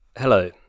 Hello